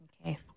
Okay